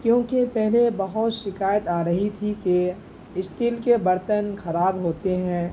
کیوںکہ پہلے بہت شکایت آ رہی تھی کہ اسٹیل کے برتن خراب ہوتے ہیں